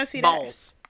balls